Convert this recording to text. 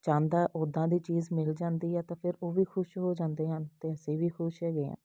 ਚਾਹੁੰਦਾ ਉੱਦਾਂ ਦੀ ਚੀਜ਼ ਮਿਲ ਜਾਂਦੀ ਹੈ ਤਾਂ ਫਿਰ ਉਹ ਵੀ ਖੁਸ਼ ਹੋ ਜਾਂਦੇ ਹਨ ਅਤੇ ਅਸੀਂ ਵੀ ਖੁਸ਼ ਹੈਗੇ ਹਾਂ